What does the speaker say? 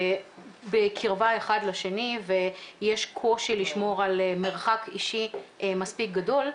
בקרבה אחד לשני ויש קושי לשמור על מרחק אישי מספיק גדול,